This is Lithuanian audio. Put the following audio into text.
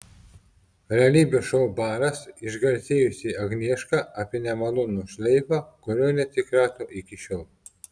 realybės šou baras išgarsėjusi agnieška apie nemalonų šleifą kurio neatsikrato iki šiol